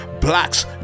Blacks